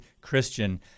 Christian